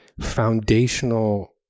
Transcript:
foundational